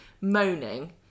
moaning